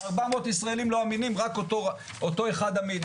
400 ישראלים לא אמינים, רק אותו אחד אמין?